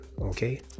Okay